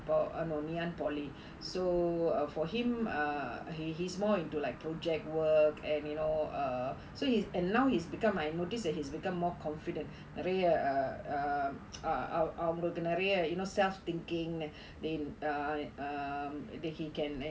oh no ngee ann polytechnic so for him ah he he's more into like project work and you know err so he's and now he's become I notice that he's become more confident நிறைய:niraiya err err err err அவங்களுக்கு நிறைய:avangalukku niraiya you know self thinking they err um they he can